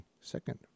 second